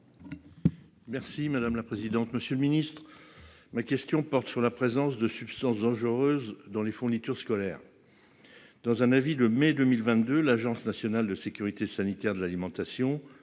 Merci madame la présidente, monsieur le ministre. Ma question porte sur la présence de substances dangereuses dans les fournitures scolaires. Dans un avis de mai 2022, l'Agence nationale de sécurité sanitaire de l'alimentation,